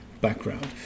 background